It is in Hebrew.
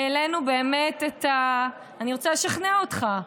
אני רוצה לשכנע אותך.